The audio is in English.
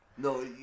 No